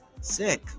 sick